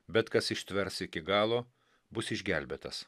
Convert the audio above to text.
bet kas ištvers iki galo bus išgelbėtas